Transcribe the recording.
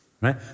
right